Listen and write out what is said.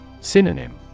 Synonym